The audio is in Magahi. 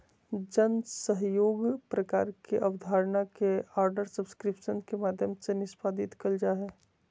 जन सहइोग प्रकार के अबधारणा के आर्डर सब्सक्रिप्शन के माध्यम से निष्पादित कइल जा हइ